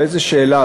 על איזה שאלה?